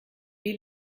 wie